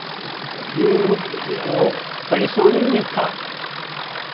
होते वो परेशानी में था